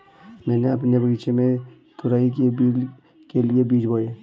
मैंने अपने बगीचे में तुरई की बेल के लिए बीज बोए